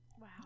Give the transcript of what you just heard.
Wow